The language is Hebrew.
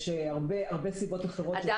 יש הרבה סיבות אחרות שיכולות --- אדם